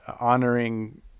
honoring